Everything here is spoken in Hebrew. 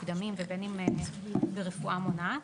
מוקדמים ובין עם טיפולים של רפואה מונעת,